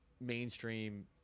mainstream